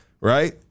right